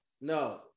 No